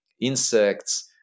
insects